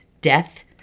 death